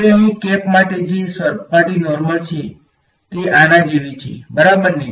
હવે અહીં કેપ માટે જે સપાટી નોર્મલ છે તે આના જેવી છેબરાબર ને